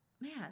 man